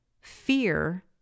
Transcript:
Fear